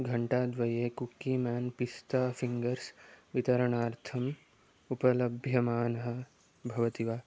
घण्टाद्वये Cookie Man पिस्ता fingers वितरणार्थम् उपलभ्यमानः भवति वा